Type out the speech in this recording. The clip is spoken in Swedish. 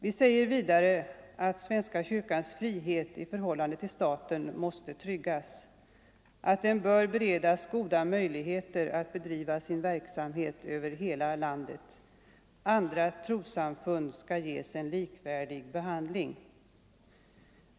Vi säger att svenska kyrkans frihet i förhållande till staten måste tryggas, att den bör beredas goda möjligheter att bedriva sin verksamhet över hela landet. Andra trossamfund skall ges en likvärdig behandling.